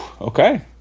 Okay